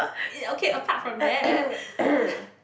uh okay apart from that